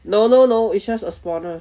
no no no it's just a spawner